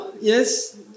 Yes